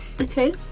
okay